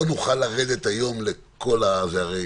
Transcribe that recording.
הרי